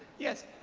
yes,